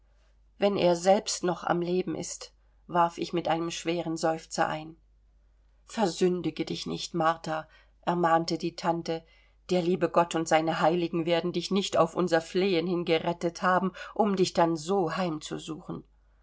wenn er selbst noch am leben ist warf ich mit einem schweren seufzer ein versündige dich nicht martha ermahnte die tante der liebe gott und seine heiligen werden dich nicht auf unser flehen hin gerettet haben um dich dann so heimzusuchen